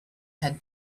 had